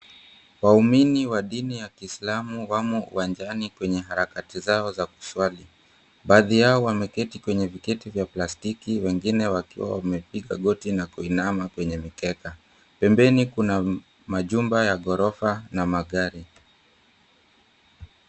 Waumini wa dini ya kislamu wamo uwanjani kwenye harakati zao za kuswali, baadhi yao wameketi kwenye viti vya plastiki wengine wakiwa wamepiga magoti na kuinama kwenye mkeka, pembeni kuna majumba ya ghorofa na magari.